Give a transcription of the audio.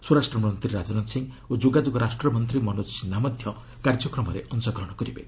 ସ୍ୱରାଷ୍ଟ୍ରମନ୍ତ୍ରୀ ରାଜନାଥ ସିଂ ଓ ଯୋଗାଯୋଗ ରାଷ୍ଟ୍ରମନ୍ତ୍ରୀ ମନୋଜ ସିହ୍ନା ମଧ୍ୟ କାର୍ଯ୍ୟକ୍ରମରେ ଅଂଶଗ୍ରହଣ କରିବେ